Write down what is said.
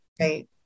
right